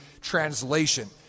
translation